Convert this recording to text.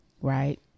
right